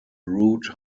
route